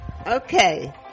Okay